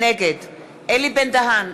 נגד אלי בן-דהן,